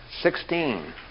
Sixteen